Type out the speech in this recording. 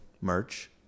merch